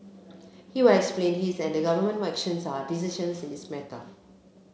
he will explain his and the government actions and decisions in this matter